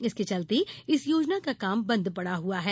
इसके चलते इस योजना का काम बंद पड़ा हुआ है